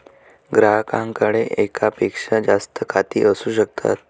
ग्राहकाकडे एकापेक्षा जास्त खाती असू शकतात